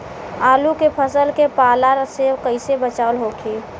आलू के फसल के पाला से कइसे बचाव होखि?